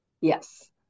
Yes